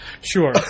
Sure